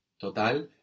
Total